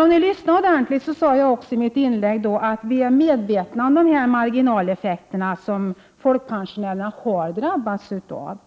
Om ni lyssnade ordentligt hörde ni att jag i mitt inlägg sade att vi socialdemokrater är medvetna om de marginaleffekter som folkpensionärerna har drabbats av.